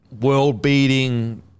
world-beating